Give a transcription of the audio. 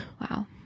Wow